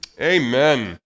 Amen